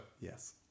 Yes